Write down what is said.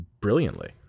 brilliantly